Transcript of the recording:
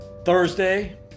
Thursday